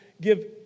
give